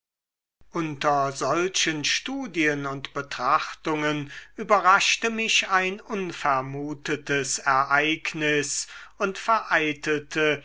unter solchen studien und betrachtungen überraschte mich ein unvermutetes ereignis und vereitelte